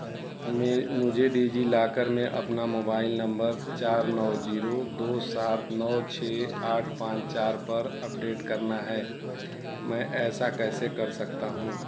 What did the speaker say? मैं मुझे डिजिलॉकर में अपना मोबाइल नम्बर चार नौ जीरो दो सात नौ छः आठ पाँच चार पर अपडेट करना है मैं ऐसा कैसे कर सकता हूँ